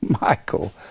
Michael